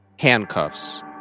Handcuffs